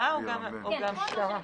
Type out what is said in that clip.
אלו נתונים מהמשטרה?